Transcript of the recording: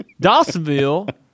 Dawsonville